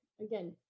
again